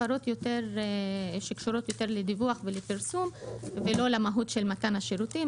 הפרות שקשורות יותר לדיווח ולפרסום ולא למהות של מתן השירותים.